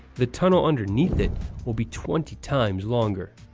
the tunnel underneath it will be twenty times longer.